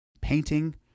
painting